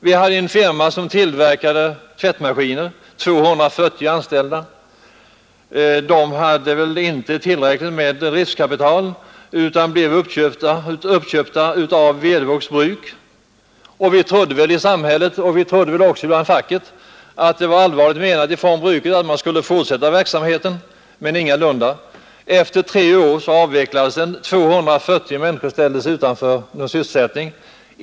Där fanns en firma som tillverkade tvättmaskiner. Företaget hade väl inte tillräckligt med kapital, utan det köptes av Wedevågs Bruk. Vi trodde väl i samhället och inom facket att det var allvarligt menat från brukets sida och att verksamheten skulle fortsätta, men ingalunda. Efter tre år avvecklades verksamheten, och 240 människor ställdes utan sysselsättning.